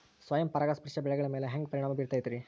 ಸ್ವಯಂ ಪರಾಗಸ್ಪರ್ಶ ಬೆಳೆಗಳ ಮ್ಯಾಲ ಹ್ಯಾಂಗ ಪರಿಣಾಮ ಬಿರ್ತೈತ್ರಿ?